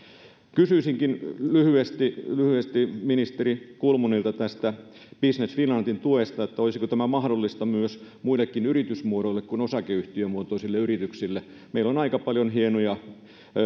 kysyisinkin lyhyesti lyhyesti ministeri kulmunilta tästä business finlandin tuesta olisiko tämä mahdollista myös muille yritysmuodoille kuin osakeyhtiömuotoisille yrityksille meillä on aika paljon hienoja